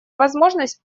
возможность